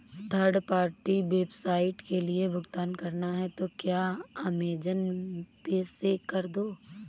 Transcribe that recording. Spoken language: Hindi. थर्ड पार्टी वेबसाइट के लिए भुगतान करना है तो क्या अमेज़न पे से कर दो